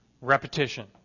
Repetition